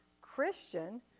Christian